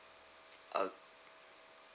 okay